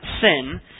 sin